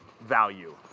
value